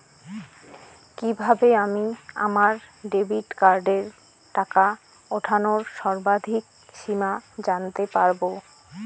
কিভাবে আমি আমার ডেবিট কার্ডের টাকা ওঠানোর সর্বাধিক সীমা জানতে পারব?